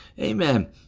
Amen